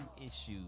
issues